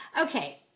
Okay